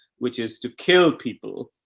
which is to kill people,